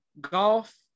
golf